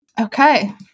Okay